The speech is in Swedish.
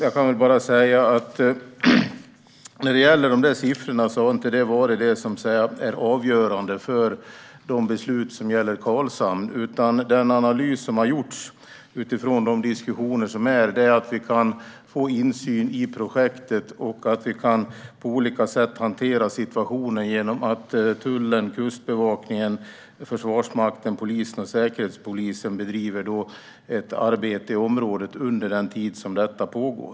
Dessa siffror har inte varit avgörande för de beslut som gäller Karlshamn, utan den analys som har gjorts utifrån aktuella diskussioner är att vi kan få insyn i projektet och på olika sätt hantera situationen genom att tullen, Kustbevakningen, Försvarsmakten, polisen och Säkerhetspolisen bedriver ett arbete i området under den tid som detta pågår.